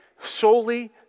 solely